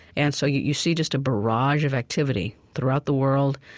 and so you you see just a barrage of activity throughout the world.